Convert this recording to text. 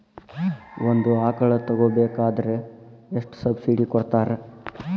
ಒಂದು ಆಕಳ ತಗೋಬೇಕಾದ್ರೆ ಎಷ್ಟು ಸಬ್ಸಿಡಿ ಕೊಡ್ತಾರ್?